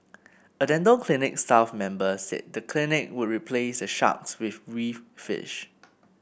a dental clinic staff member said the clinic would replace the sharks with reef fish